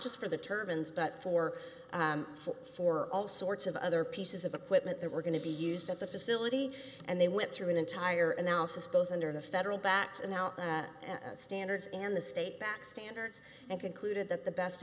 just for the turbans but for for all sorts of other pieces of equipment that were going to be used at the facility and they went through an entire analysis both under the federal back and out the standards and the state back standards and concluded that the best